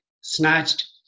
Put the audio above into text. snatched